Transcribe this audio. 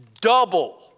double